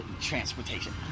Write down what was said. transportation